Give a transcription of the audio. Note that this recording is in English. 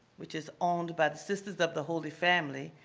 which is owned by the sisters of the holy family,